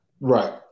Right